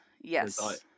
Yes